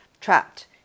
trapped